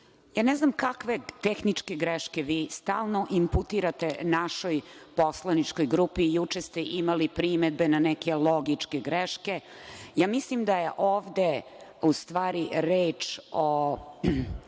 Ne znam kakve tehničke greške vi stalno inputirate našoj poslaničkog grupi. Juče ste imali primedbe na neke logičke greške. Mislim da je ovde, u stvari reč o